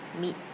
meet